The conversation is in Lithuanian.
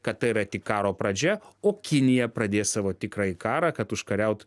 kad tai yra tik karo pradžia o kinija pradės savo tikrai karą kad užkariaut